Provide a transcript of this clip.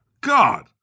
God